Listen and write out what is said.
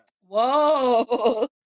Whoa